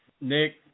Nick